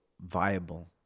viable